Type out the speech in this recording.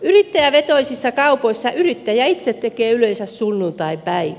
yrittäjävetoisissa kaupoissa yrittäjä itse tekee yleensä sunnuntaipäivät